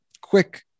quick